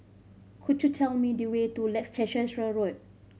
could you tell me the way to Leicester Road